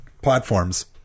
platforms